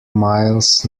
miles